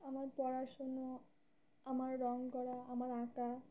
আমার পড়াশুনো আমার রঙ করা আমার আঁকা